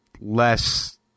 less